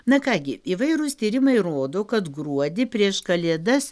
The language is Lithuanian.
na ką gi įvairūs tyrimai rodo kad gruodį prieš kalėdas